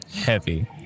heavy